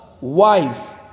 wife